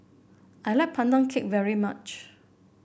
I like Pandan Cake very much